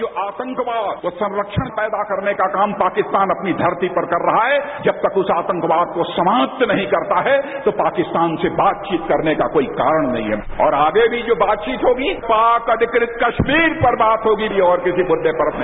जो आतंकवाद और संख्यण देने पैदा करने का काम पाकिस्तान अपनी धरती पर कर रहा है जब तक उस आतंकवाद को समाप्त नहीं करता है तो पाकिस्तान से बातचीत करने का कोई कारण नहीं है और आगे भी जो बातचीत होगी पाक अधिकृत कश्मीतर पर बात होगी और किसी मुद्दे पर नहीं